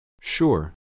Sure